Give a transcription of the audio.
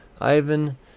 Ivan